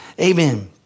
Amen